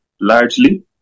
largely